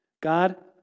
God